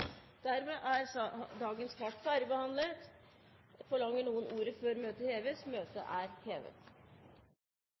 Dermed er dagens kart ferdigbehandlet. Ber noen om ordet før møtet heves? – Møtet